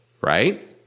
right